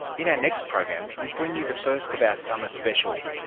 in our next program we bring you the first of our summer specials,